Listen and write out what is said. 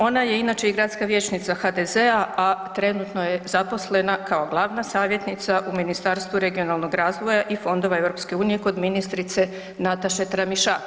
Ona je inače i gradska vijećnica HDZ-a, a trenutno je zaposlena kao glavna savjetnica u Ministarstvu regionalnoga razvoja i fondova EU kod ministrice Nataše Tramišak.